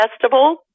Festival